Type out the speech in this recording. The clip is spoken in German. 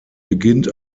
beginnt